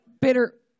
bitter